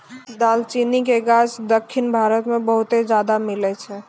दालचीनी के गाछ दक्खिन भारत मे बहुते ज्यादा मिलै छै